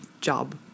job